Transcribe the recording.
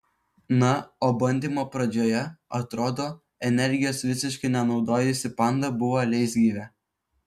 na o bandymo pradžioje atrodo energijos visiškai nenaudojusi panda buvo leisgyvė